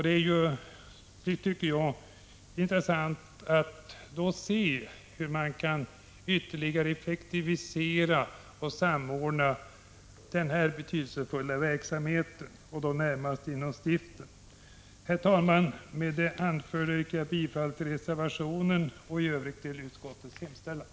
Det blir intressant att se hur man ytterligare kan effektivisera och samordna denna betydelsefulla verksamhet, och då närmast inom stiften. Herr talman! Med det anförda yrkar jag bifall till reservationen och i övrigt till utskottets hemställan.